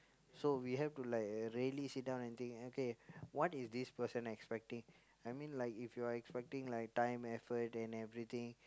so we have to like really sit down and think okay what is this person expecting I mean like if you're expecting like time effort and everything